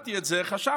כששמעתי את זה חשבתי